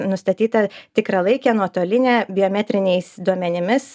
nustatyta tikralaikė nuotolinė biometriniais duomenimis